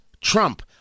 Trump